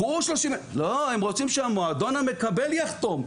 קחו 30,000, לא, הם רוצים שהמועדון המקבל יחתום.